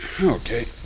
Okay